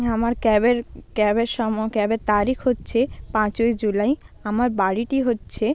আমার ক্যাবের ক্যাবের ক্যাবের তারিখ হচ্ছে পাঁচই জুলাই আমার বাড়িটি হচ্ছে